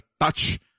touch